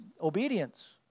obedience